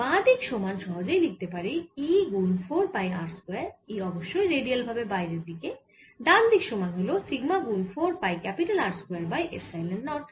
বাঁ দিক সমান সহজেই লিখতে পারি E গুন 4 পাই r স্কয়ার E অবশ্যই রেডিয়াল ভাবে বাইরের দিকে ডান দিক সমান হল সিগমা গুন 4 pi R square by epsilon not